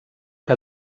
que